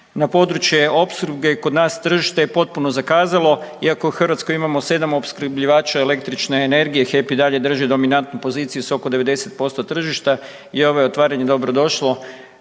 na području opskrbe kod nas tržište je potpuno zakazalo, iako u Hrvatskoj imamo 7 opskrbljivača električne energije, HEP i dalje drži dominantnu poziciju s oko 90% tržišta i ovo je otvaranje dobrodošlo